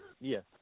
Yes